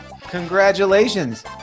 Congratulations